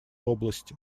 области